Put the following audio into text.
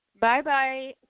bye-bye